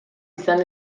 izan